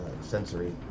sensory